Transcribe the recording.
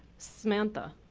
samantha?